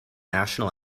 national